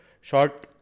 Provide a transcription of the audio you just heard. Short